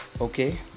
Okay